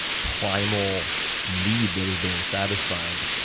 primal need that is being satisfied.